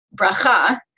bracha